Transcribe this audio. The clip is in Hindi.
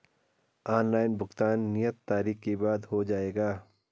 ऑनलाइन भुगतान नियत तारीख के बाद हो जाएगा?